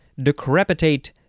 decrepitate